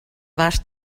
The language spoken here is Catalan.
vast